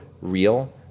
real